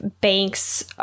banks